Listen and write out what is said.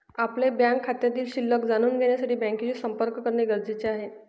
आपल्या बँक खात्यातील शिल्लक जाणून घेण्यासाठी बँकेशी संपर्क करणे गरजेचे आहे